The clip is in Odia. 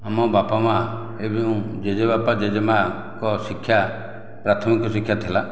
ଆମ ବାପା ମା ଏବଂ ଜେଜେ ବାପା ଜେଜେ ମାଆଙ୍କ ଶିକ୍ଷା ପ୍ରାଥମିକ ଶିକ୍ଷା ଥିଲା